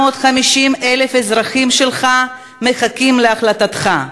750,000 אזרחים שלך מחכים להחלטתך.